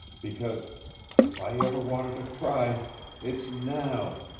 because if i ever wanted to cry it's now.